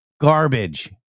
garbage